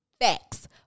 Facts